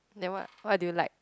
then what what do you like